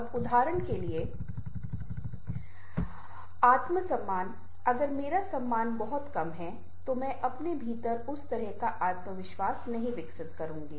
अब उदाहरण के लिए आत्मसम्मान अगर मेरा सम्मान बहुत कम है तो मैं अपने भीतर उस तरह का आत्मविश्वास नहीं विकसित करूंगा